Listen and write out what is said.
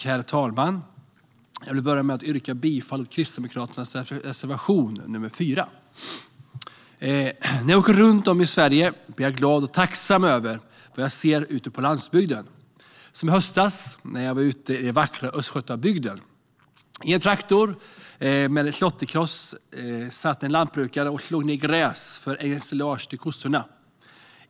Herr talman! Jag vill börja med att yrka bifall till Kristdemokraternas reservation 4. När jag åker runt i Sverige blir jag glad och tacksam över vad jag ser ute på landsbygden, som i höstas när jag var ute på den vackra Östgötabygden. I en traktor med en slåtterkross satt en lantbrukare och slog ned gräs för ensilage till kossorna.